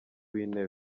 w’intebe